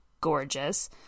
gorgeous